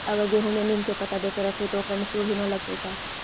अगर गेहूं में नीम के पता देके यखबै त ओकरा में सुढि न लगतै का?